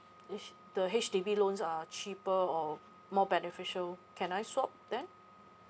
H the H_D_B loans are cheaper or more beneficial can I swap then